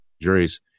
juries